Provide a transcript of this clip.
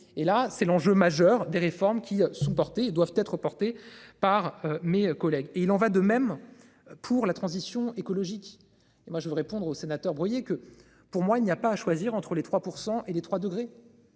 Et là c'est l'enjeu majeur des réformes qui sont portées doivent être portées par mes collègues et il en va de même pour la transition écologique et moi je veux répondre aux sénateurs que pour moi il n'y a pas à choisir entre les 3% et les 3 degrés.